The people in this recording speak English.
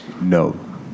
no